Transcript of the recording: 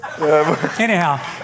Anyhow